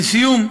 לסיום,